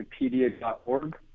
wikipedia.org